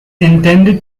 intended